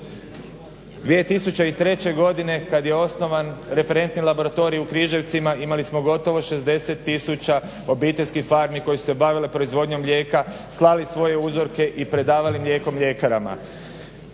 2003. Godine kad je osnovan referentni laboratorij u Križevcima imali smo gotovo 60 tisuća obiteljskih farmi koje su se bavile proizvodnjom mlijeka, slali svoje uzorke i predavali mlijeko mljekarama.